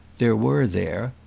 there were there.